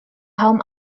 kaum